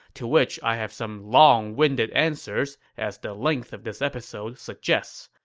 to which i have some long-winded answers, as the length of this episode suggests.